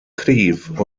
cryf